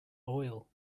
oil